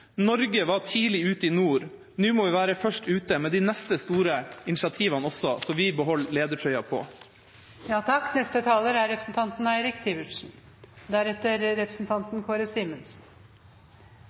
Norge var tidlig ute i nord. Nå må vi være først ute med de neste store initiativene også, så vi beholder ledertrøya på.